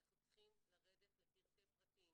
הם זקוקים להסעה הזאת מחמת המוגבלות